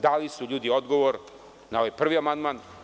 Dali su ljudi odgovor na prvi amandman.